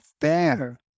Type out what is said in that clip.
fair